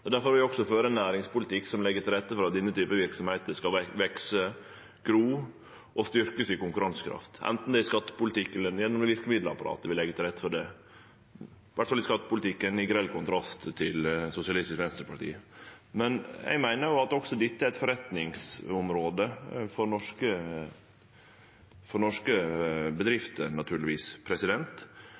vi også føre ein næringspolitikk som legg til rette for at denne typen verksemder skal vekse, gro og styrkje konkurransekrafta si, anten det er i skattepolitikken eller gjennom verkemiddelapparatet vi legg til rette for det – i alle fall i skattepolitikken, i grell kontrast til Sosialistisk Venstreparti. Eg meiner at også dette er eit forretningsområde for norske bedrifter, naturlegvis. Kva for